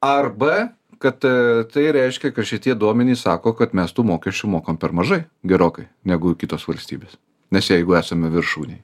arba kad tai reiškia kad šitie duomenys sako kad mes tų mokesčių mokam per mažai gerokai negu kitos valstybės nes jeigu esame viršūnėj